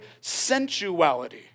sensuality